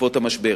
בעקבות המשבר.